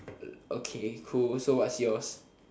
okay cool so what's yours